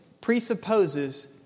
presupposes